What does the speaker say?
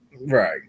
right